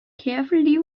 carefully